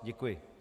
Děkuji.